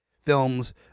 films